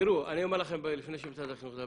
תראו, אני אומר לכם לפני שמשרד החינוך ידבר.